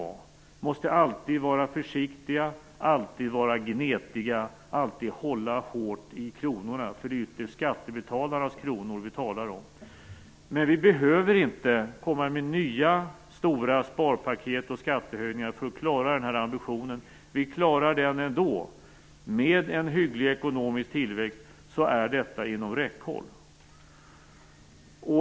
Vi måste alltid vara försiktiga och gnetiga och alltid hålla hårt i kronorna, för ytterst är det skattebetalarnas kronor vi talar om. Men vi behöver inte komma med nya stora sparpaket och skattehöjningar för att klara den här ambitionen. Vi klarar den ändå. Med en hygglig ekonomisk tillväxt är detta inom räckhåll.